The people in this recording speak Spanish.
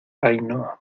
ainhoa